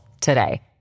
today